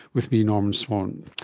with me, norman swan.